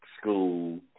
school